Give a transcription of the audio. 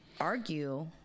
argue